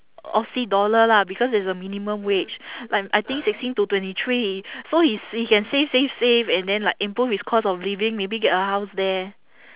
aussie dollar lah because there's a minimum wage like I think sixteen to twenty three so he s~ he can save save save and then like improve his cost of living maybe get a house there